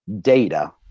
data